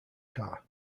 car